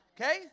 Okay